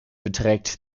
beträgt